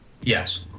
Yes